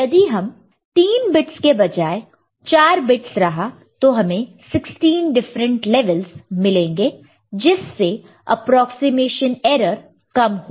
यदि हम 3 बिट्स के बजाय 4 बिट्स रहा तो हमें 16 डिफरेंट लेवल्स मिलेंगे जिससे एप्रोक्सीमेशन एरर कम होगा